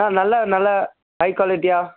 அண்ணா நல்ல நல்ல ஹை குவாலிட்டியாக